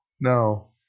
no